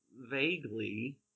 Vaguely